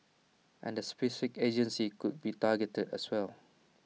and specific agencies could be targeted as well